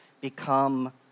become